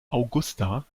augusta